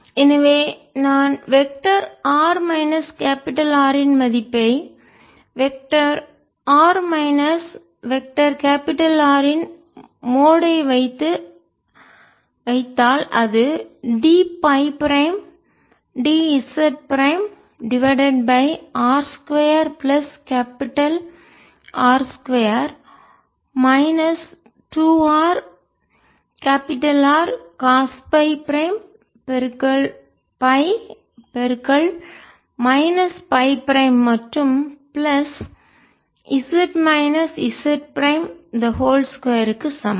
எனவே நான் vector R minus capital R இன் மதிப்பை vector r minus vector capital R இன் மோட் ஐ வைத்தால் அது d Ф prime d z prime divided by r 2 plus capital R 2 minus 2 r கேபிடல் R cos phi prime phi minus phi prime மற்றும் plus z minus z prime 2 க்கு சமம்